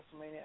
WrestleMania